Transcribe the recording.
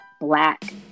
black